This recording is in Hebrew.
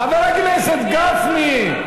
חבר הכנסת גפני.